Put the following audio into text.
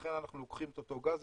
לכן אנחנו לוקחים את אותו גז.